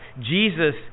Jesus